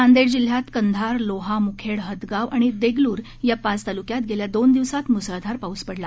नांदेड जिल्ह्यात कंधार लोहा मुखेड हदगाव आणि देगलूर या पाच तालूक्यात गेल्या दोन दिवसांत मुसळधार पाऊस पडला